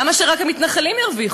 למה שרק המתנחלים ירוויחו?